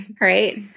Right